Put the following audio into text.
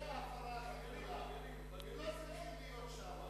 זה ההפרה הכי גדולה.